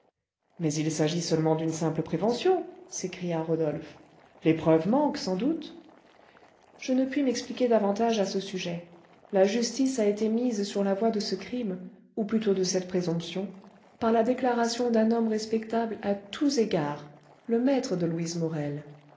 mais il s'agit seulement d'une simple prévention s'écria rodolphe les preuves manquent sans doute je ne puis m'expliquer davantage à ce sujet la justice a été mise sur la voie de ce crime ou plutôt de cette présomption par la déclaration d'un homme respectable à tous égards le maître de louise morel